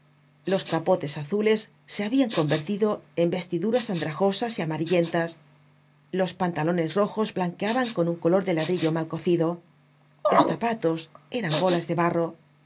los capotes azules se habían convertido en vestiduras andrajosas y amarillentas los pantalones rojos blanqueaban con un color de ladrillo mal cocido los zapatos eran bolas de barro